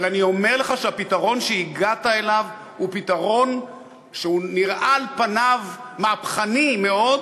אבל אני אומר לך שהפתרון שהגעת אליו נראה על פניו מהפכני מאוד,